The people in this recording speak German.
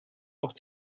auch